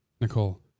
Nicole